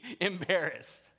embarrassed